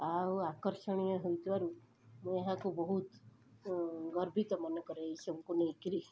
ଆଉ ଆକର୍ଷଣୀୟ ହୋଇଥିବରୁ ମୁଁ ଏହାକୁ ବହୁତ ଗର୍ବିତ ମନେକରେ ଏଇସବୁକୁ ନେଇକିରି